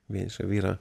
vienišą vyrą